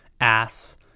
ass